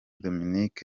dominic